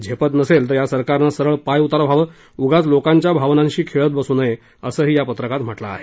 झेपत नसेल तर ह्या सरकारनं सरळ पायउतार व्हावं उगाच लोकांच्या भावनांशी खेळत बसू नये असंही या पत्रकात म्हटलं आहे